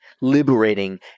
liberating